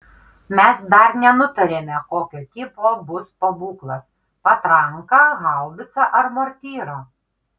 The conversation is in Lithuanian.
mes dar nenutarėme kokio tipo bus pabūklas patranka haubicą ar mortyra